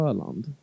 Öland